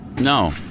No